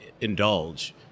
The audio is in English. indulge